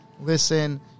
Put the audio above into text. listen